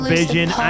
Vision